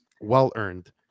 well-earned